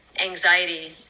anxiety